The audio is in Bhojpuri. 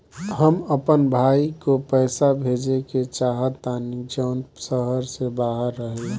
हम अपन भाई को पैसा भेजे के चाहतानी जौन शहर से बाहर रहेला